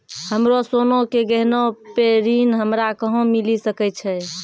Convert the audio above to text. हमरो सोना के गहना पे ऋण हमरा कहां मिली सकै छै?